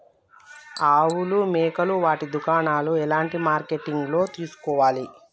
ఆవులు మేకలు వాటి దాణాలు ఎలాంటి మార్కెటింగ్ లో తీసుకోవాలి?